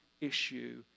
issue